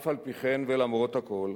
אף-על-פי כן ולמרות הכול